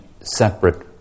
separate